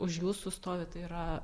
už jūsų stovi tai yra